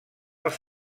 els